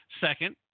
Second